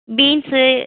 beans